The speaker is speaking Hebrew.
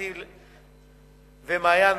אתי ומעיין,